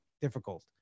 difficult